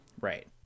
Right